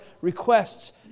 requests